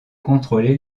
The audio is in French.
contrôler